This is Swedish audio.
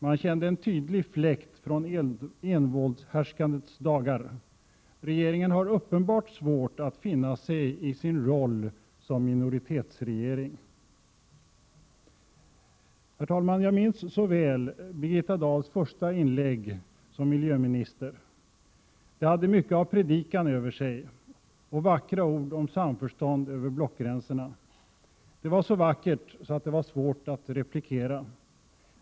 Man kände en tydlig fläkt från envåldshärskandets dagar. Regeringen har uppenbart svårt att finna sig i sin roll som minoritetsregering. Herr talman! Jag minns så väl Birgitta Dahls första inlägg som miljöminister. Det hade mycket av predikan över sig och vackra ord om samförstånd över blockgränserna. Det var så vackert att det var svårt att replikera.